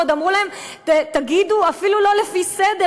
ועוד אמרו להם: תגידו, אפילו לא לפי סדר.